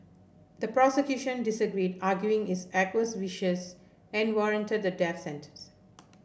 the prosecution disagreed arguing is act was vicious and warranted the death sentence